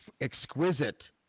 exquisite